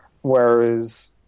Whereas